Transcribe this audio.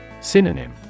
Synonym